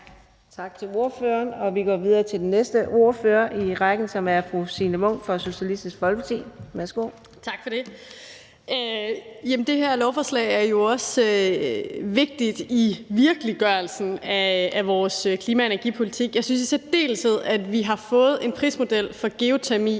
Tak til ordføreren. Vi går videre til den næste ordfører i rækken, som er fru Signe Munk fra Socialistisk Folkeparti. Værsgo. Kl. 18:23 (Ordfører) Signe Munk (SF): Tak for det. Det her lovforslag er jo også vigtigt i virkeliggørelsen af vores klima- og energipolitik. Jeg synes i særdeleshed, at det, at vi har fået en prismodel for geotermi,